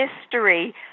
history